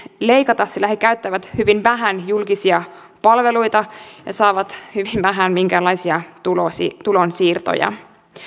leikata sillä he käyttävät hyvin vähän julkisia palveluita ja saavat hyvin vähän minkäänlaisia tulonsiirtoja tulonsiirtoja